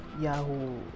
Yahoo